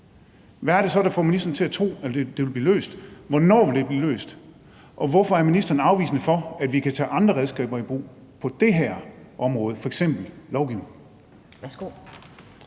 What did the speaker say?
Hvad er det så, der får ministeren til at tro, at det vil blive løst? Hvornår vil det blive løst? Og hvorfor er ministeren afvisende over for, at vi kan tage andre redskaber i brug på det her område, f.eks. lovgivning?